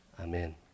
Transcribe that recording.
amen